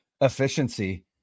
efficiency